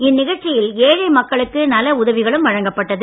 இந்நிகழ்ச்சியில் ஏழை மக்களுக்கு நல உதவிகளும் வழங்கப்பட்டது